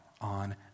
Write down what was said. on